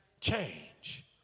change